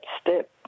step